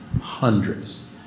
hundreds